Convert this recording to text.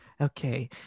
okay